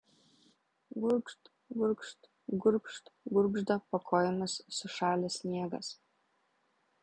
gurgžt gurgžt gurgžt gurgžda po kojomis sušalęs sniegas